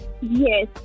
Yes